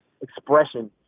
expression